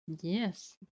Yes